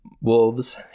Wolves